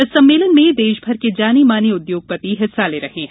इस सम्मेलन में देश भर के जाने माने उद्योगपति हिस्सा ले रहे हैं